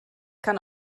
kann